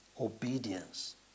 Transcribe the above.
obedience